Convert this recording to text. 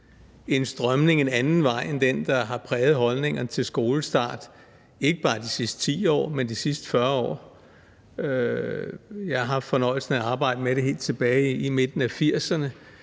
en strømning, en anden vej end den, der har præget holdningerne til skolestart, ikke bare de sidste 10 år, men de sidste 40 år. Jeg har haft fornøjelsen af at arbejde med det helt tilbage i midten af 1980'erne,